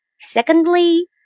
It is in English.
Secondly